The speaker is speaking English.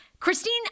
Christine